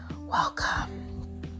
welcome